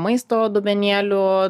maisto dubenėlių